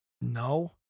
no